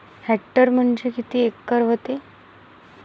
Hectare म्हणजे किती acre व्हते?